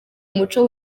muco